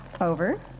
over